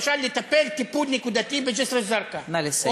למשל, לטפל טיפול נקודתי בג'סר-א-זרקא, נא לסיים.